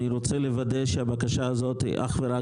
אני רוצה לוודא שהבקשה הזאת היא אך ורק